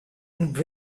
and